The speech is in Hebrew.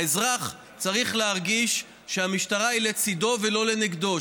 האזרח צריך להרגיש שהמשטרה היא לצידו ולא נגדו,